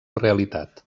realitat